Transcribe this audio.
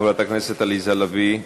חברת הכנסת עליזה לביא,